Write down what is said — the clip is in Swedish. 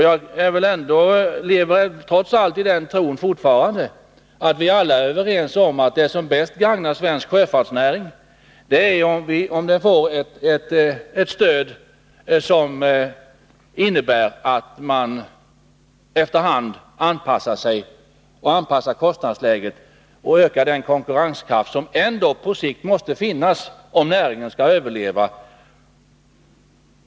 Jag lever trots allt fortfarande i den tron att vi alla är överens om att det som bäst gagnar svensk sjöfartsnäring är att den får ett stöd som innebär att näringen efter hand anpassar kostnadsläget och ökar den konkurrenskraft som ändå på sikt måste finnas, om näringen skall överleva.